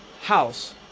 house